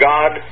God